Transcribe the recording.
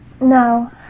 No